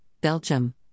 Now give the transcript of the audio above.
Belgium